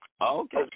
okay